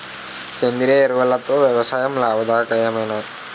సేంద్రీయ ఎరువులతో వ్యవసాయం లాభదాయకమేనా?